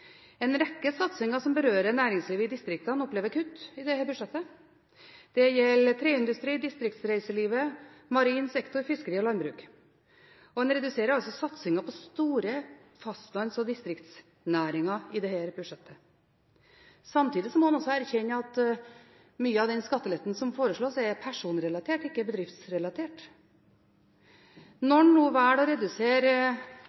En rekke satsinger som berører næringslivet i distriktene, opplever kutt i dette budsjettet. Det gjelder treindustrien, distriktsreiselivet, marin sektor, fiskeri og landbruk. Man reduserer altså satsingen på store fastlands- og distriktsnæringer i dette budsjettet. Samtidig må man også erkjenne at mye av den skatteletten som foreslås, er personrelatert, ikke bedriftsrelatert.